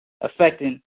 affecting